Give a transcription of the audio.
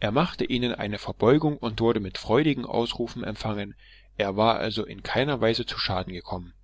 er machte ihnen eine verbeugung und wurde mit freudigen ausrufen empfangen war also in keiner weise zu schaden gekommen